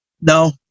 No